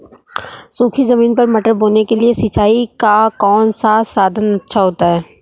सूखी ज़मीन पर मटर बोने के लिए सिंचाई का कौन सा साधन अच्छा होता है?